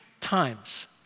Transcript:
times